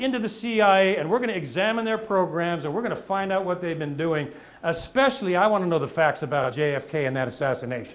into the cia and we're going to examine their programs and we're going to find out what they've been doing especially i want to know the facts about j f k and that assassinat